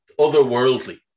otherworldly